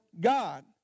God